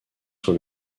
sur